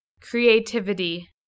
Creativity